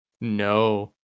No